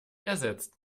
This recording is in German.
ersetzt